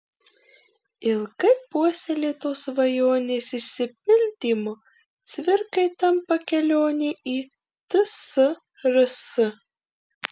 ilgai puoselėtos svajonės išsipildymu cvirkai tampa kelionė į tsrs